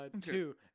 Two